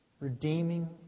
Redeeming